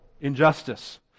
Injustice